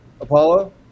apollo